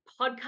podcast